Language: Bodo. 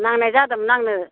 नांनाय जादोंमोन आंनो